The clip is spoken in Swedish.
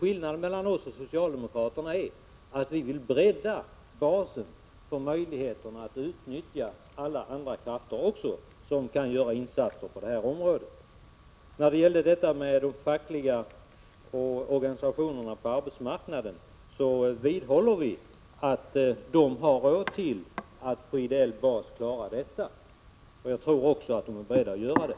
Skillnaden mellan oss och socialdemokraterna är att vi moderater vill bredda basen för möjligheterna att utnyttja alla andra krafter som också kan göra insatser på detta område. Vi vidhåller att de fackliga organisationerna har råd att utföra detta arbete på ideell basis. Jag tror också att de är beredda att göra det.